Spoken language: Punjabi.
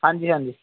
ਹਾਂਜੀ ਹਾਂਜੀ